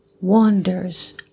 wanders